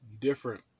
different